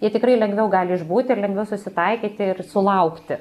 jie tikrai lengviau gali išbūti ir lengviau susitaikyti ir sulaukti